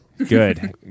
Good